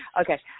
Okay